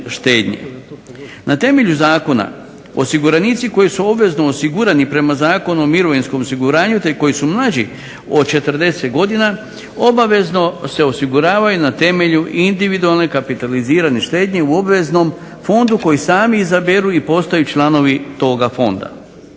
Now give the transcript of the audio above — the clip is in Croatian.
Na temelju zakona osiguranici koji su obavezno osigurani prema Zakonu o mirovinskom osiguranju te koji su mlađi od 40 godina obavezno se osiguravaju na temelju individualne kapitalizirane štednje u obveznom fondu koji sami izaberu i postaju članovi toga fonda.